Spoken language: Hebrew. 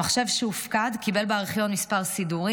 המחשב שהופקד קיבל בארכיון מספר סידורי